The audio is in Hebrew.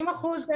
80% זה